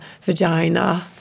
vagina